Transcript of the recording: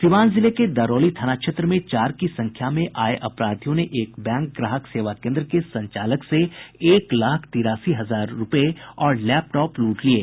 सीवान जिले के दरौली थाना क्षेत्र में चार की संख्या में आये अपराधियों ने एक बैंक ग्राहक सेवा केन्द्र के संचालक से एक लाख तिरासी हजार रूपये और लैपटॉप लूट लिये